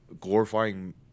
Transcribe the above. glorifying